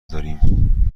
داریم